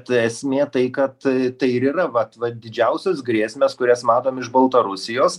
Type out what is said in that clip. bet esmė tai kad tai ir yra vat vat didžiausios grėsmės kurias matome iš baltarusijos